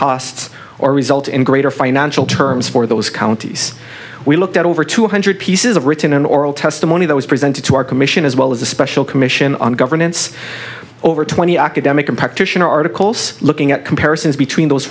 costs or result in greater financial terms for those counties we looked at over two hundred pieces of written and oral testimony that was presented to our commission as well as a special commission on governance over twenty academic and practitioner articles looking at comparisons between those